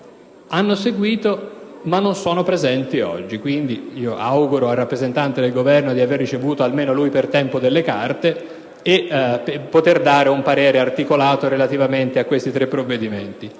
carceri dell'isola caraibica. Quindi, auguro al rappresentante del Governo di aver ricevuto, almeno lui, per tempo delle carte e di poter dare un parere articolato relativamente a questi tre provvedimenti.